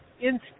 instant